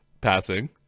passing